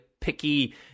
picky